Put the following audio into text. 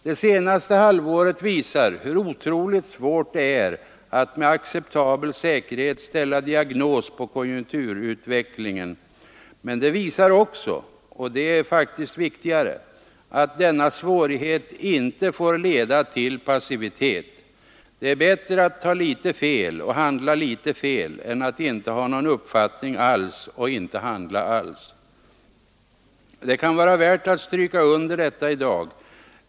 Det senaste halvåret visar hur otroligt svårt det är att med acceptabel säkerhet ställa diagnos på konjunkturutvecklingen. Men det visar också — och det är faktiskt viktigare — att denna svårighet inte får leda till passivitet. Det är bättre att ta litet fel och handla litet fel än att inte ha någon uppfattning alls och inte handla alls. Det kan vara värt att stryka under detta i dag.